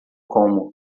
como